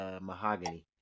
Mahogany